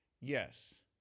yes